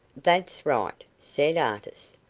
that's right, said artis.